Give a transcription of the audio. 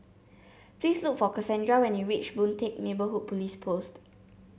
please look for Kassandra when you reach Boon Teck Neighbourhood Police Post